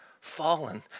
fallen